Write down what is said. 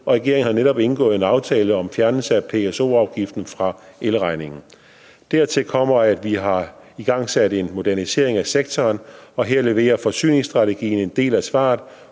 og regeringen har netop indgået en aftale om fjernelse af PSO-afgiften fra elregningen. Dertil kommer, at vi har igangsat en modernisering af sektoren, og her leverer forsyningsstrategien en del af svaret.